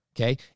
Okay